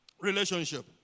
Relationship